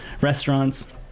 restaurants